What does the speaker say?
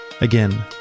Again